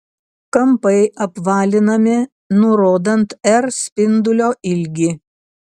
kampai apvalinami nurodant r spindulio ilgį